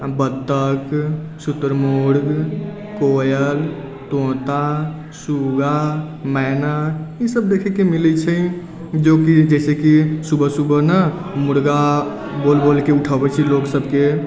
बत्तख शुतुरमुर्ग कोयल तोता शुग्गा मैना ई सब देखैके मिलै छै जोकि जैसेकि सुबह सुबह ने मुर्गा बोल बोलके उठबै छै लोग सबके